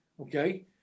Okay